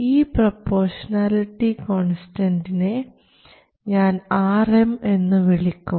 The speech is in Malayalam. ഈ പ്രൊപ്പോഷണാലിറ്റി കോൺസ്റ്റൻന്റിനെ ഞാൻ Rm എന്നു വിളിക്കും